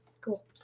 cool